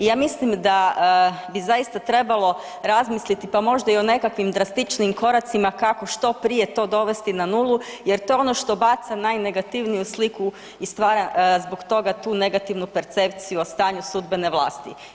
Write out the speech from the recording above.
Ja mislim da bi zaista trebalo razmisliti pa možda i o nekakvim drastičnijim koracima kako što prije to dovesti na nulu, jer to je ono što baca najnegativniju sliku i stvara zbog toga tu negativnu percepciju o stanju sudbene vlasti.